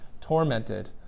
tormented